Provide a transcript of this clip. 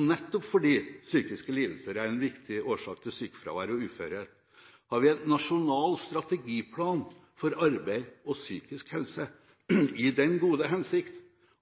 Nettopp fordi psykiske lidelser er en viktig årsak til sykefravær og uførhet, har vi en nasjonal strategiplan for arbeid og psykisk helse, i den gode hensikt